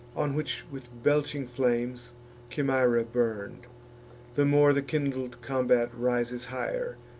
on which with belching flames chimaera burn'd the more the kindled combat rises high'r,